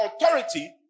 authority